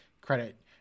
credit